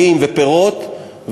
עלים ופירות,